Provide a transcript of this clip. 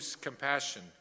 compassion